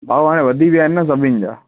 भाव हाणे वधी विया आहिनि सभिनि जा